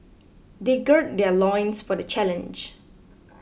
they gird their loins for the challenge